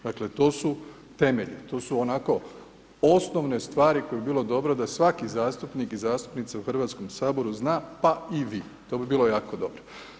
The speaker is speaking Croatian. Dakle to su temelji, to su onako osnovne stvari koje bi bilo dobro da svaki zastupnik i zastupnica u Hrvatskom saboru pa i vi, to bi bilo jako dobro.